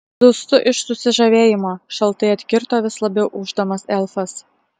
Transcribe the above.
dūstu iš susižavėjimo šaltai atkirto vis labiau ūždamas elfas